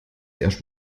erst